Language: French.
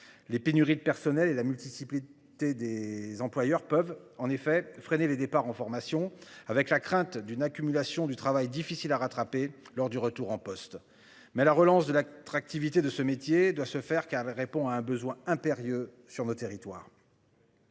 Les pénuries de personnel et la multiplicité des employeurs peuvent en effet freiner les départs en formation avec la crainte d'une accumulation du travail difficile à rattraper. Lors du retour en poste mais la relance de l'attractivité de ce métier doit se faire car elle répond à un besoin impérieux sur nos territoires.